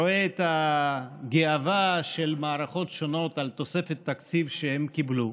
רואה את הגאווה של מערכות שונות על תוספת תקציב שהן קיבלו,